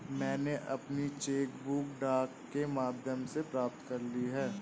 मैनें अपनी cheque book डाक के माध्यम से प्राप्त कर ली है